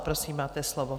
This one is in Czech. Prosím, máte slovo.